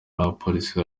n’abapolisi